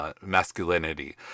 masculinity